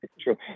true